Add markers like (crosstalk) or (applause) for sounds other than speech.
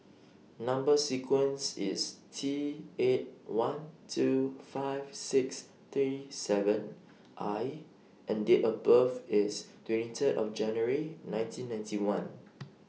Number sequence IS T eight one two five six three seven I and Date of birth IS twenty Third of January nineteen ninety one (noise)